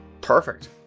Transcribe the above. Perfect